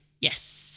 Yes